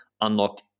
Unlock